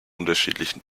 unterschiedlichen